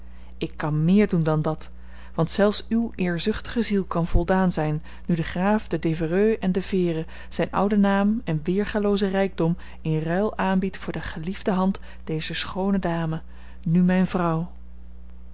ik kan meer doen dan dat want zelfs uw eerzuchtige ziel kan voldaan zijn nu graaf de devereux en de vere zijn ouden naam en weêrgaloozen rijkdom in ruil aanbiedt voor de geliefde hand dezer schoone dame nu mijn vrouw